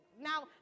Now